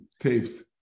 tapes